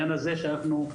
אצל